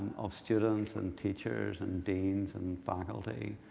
of students and teachers and deans and faculty,